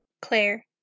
Claire